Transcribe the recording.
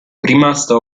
rimasta